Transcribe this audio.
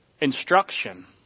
instruction